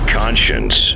conscience